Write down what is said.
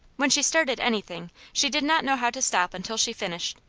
when she started anything she did not know how to stop until she finished.